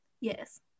yes